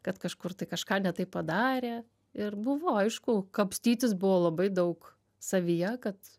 kad kažkur tai kažką ne taip padarė ir buvo aišku kapstytis buvo labai daug savyje kad